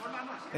רוצה לענות,